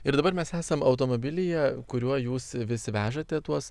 ir dabar mes esam automobilyje kuriuo jūs vis vežate tuos